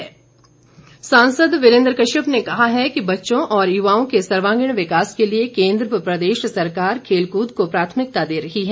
वीरेंद्र कश्यप सांसद वीरेंद्र कश्यप ने कहा है कि बच्चों और युवाओं के सर्वांगीण विकास के लिए केंद्र व प्रदेश सरकार खेल कूद को प्राथमिकता दे रही है